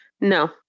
No